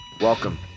Welcome